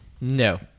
No